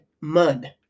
mud